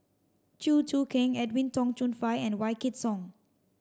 Chew Choo Keng Edwin Tong Chun Fai and Wykidd Song